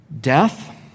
Death